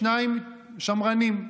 שניים שמרנים.